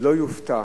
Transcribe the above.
לא יופתע